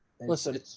Listen